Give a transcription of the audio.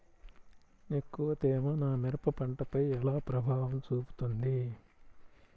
ఎక్కువ తేమ నా మిరప పంటపై ఎలా ప్రభావం చూపుతుంది?